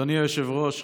אדוני היושב-ראש,